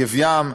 גב ים,